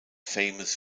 famous